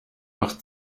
noch